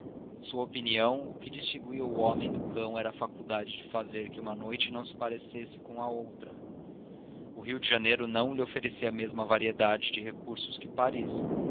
sua opinião o que distinguia o homem do cão era a faculdade de fazer que uma noite se não parecesse com outra o rio de janeiro não lhe oferecia a mesma variedade de recursos que paris